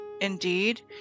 Indeed